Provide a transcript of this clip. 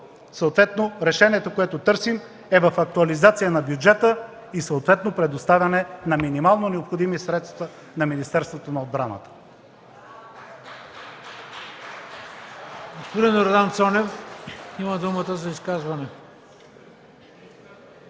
смисъл решението, което търсим, е в актуализацията на бюджета и съответно предоставяне на минимално необходими средства на Министерството на отбраната.